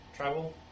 travel